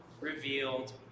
revealed